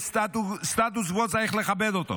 יש סטטוס קוו, צריך לכבד אותו.